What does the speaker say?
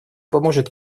поможет